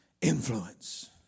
influence